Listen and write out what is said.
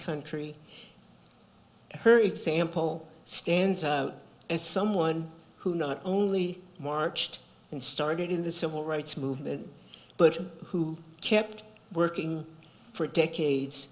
country her example stands as someone who not only marched and started in the civil rights movement but who kept working for decades